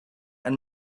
and